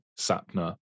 Sapna